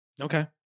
Okay